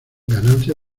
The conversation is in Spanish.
ganancia